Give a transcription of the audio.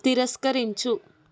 తిరస్కరించు